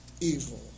evil